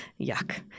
Yuck